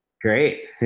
Great